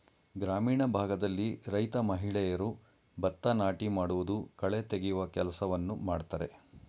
ಗ್ರಾಮೀಣ ಭಾಗದಲ್ಲಿ ರೈತ ಮಹಿಳೆಯರು ಭತ್ತ ನಾಟಿ ಮಾಡುವುದು, ಕಳೆ ತೆಗೆಯುವ ಕೆಲಸವನ್ನು ಮಾಡ್ತರೆ